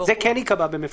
זה כן ייקבע במפורש.